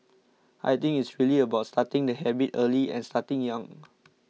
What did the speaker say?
I think it's really about starting the habit early and starting young